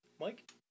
Mike